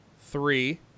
three